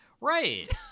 Right